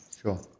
Sure